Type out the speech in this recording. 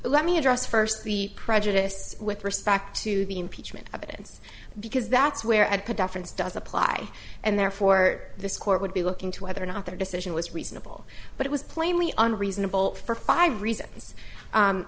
let me address first the prejudice with respect to the impeachment of it because that's where at deference does apply and therefore this court would be looking to whether or not their decision was reasonable but it was plainly on reasonable for five